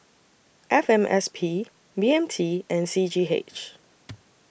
F M S P B M T and C G H